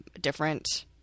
different